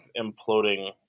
imploding